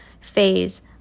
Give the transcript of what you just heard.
phase